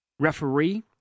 Referee